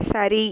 சரி